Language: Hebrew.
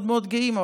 מאוד מאוד גאים.